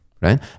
right